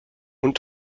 und